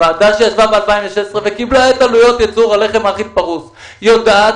הוועדה שישבה ב-2016 וקיבלה את עלויות ייצור הלחם האחיד הפרוס יודעת